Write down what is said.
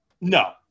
No